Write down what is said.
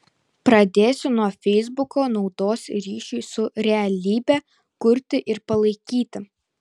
pradėsiu nuo feisbuko naudos ryšiui su realybe kurti ir palaikyti